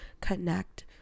connect